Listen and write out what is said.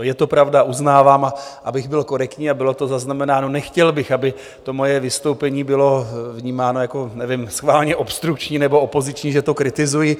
Je to pravda, uznávám, a abych byl korektní a bylo to zaznamenáno, nechtěl bych, aby moje vystoupení bylo vnímáno jako nevím schválně obstrukční nebo opoziční, že to kritizuji.